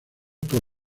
por